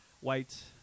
white